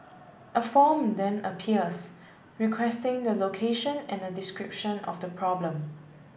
a form then appears requesting the location and a description of the problem